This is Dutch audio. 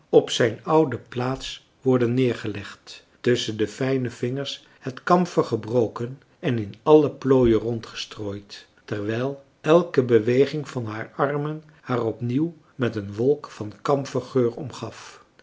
op zijn oude plaats worden neergelegd tusschen de fijne vingers het kamfer gebroken en in alle plooien rondgestrooid terwijl elke beweging van haar armen haar opnieuw met een wolk van kamfergeur omgaf